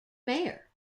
mayor